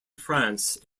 france